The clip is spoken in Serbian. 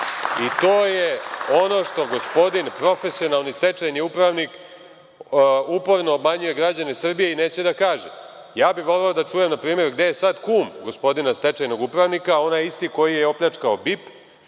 i to je ono što gospodin profesionalni stečajni upravnik uporno obmanjuje građane Srbije i neće da kaže. Ja bi voleo da čujem, npr. gde je sad kum gospodina stečajnog upravnika, onaj isti koji je opljačkao BIP.